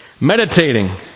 meditating